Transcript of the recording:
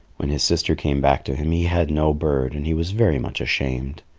when his sister came back to him, he had no bird and he was very much ashamed.